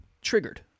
triggered